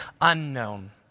unknown